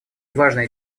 важные